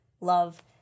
love